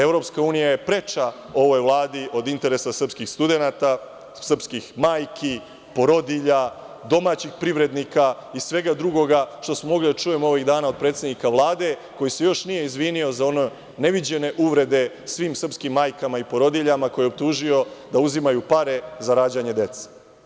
Evropska unija je preča ovoj Vladi od interesa srpskih studenata, srpskih majki, porodilja, domaćih privrednika i svega drugoga što smo mogli da čujemo ovih dana od predsednika Vlade, koji se još nije izvinio za one neviđene uvrede svim srpskim majkama i porodiljama, koje je optužio da uzimaju pare za rađanje dece.